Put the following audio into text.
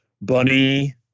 Bunny